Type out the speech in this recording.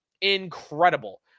incredible